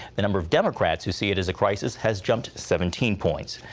the number of democrats who see it as a crisis has jumped seventeen points.